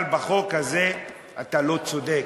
אבל בחוק הזה אתה לא צודק.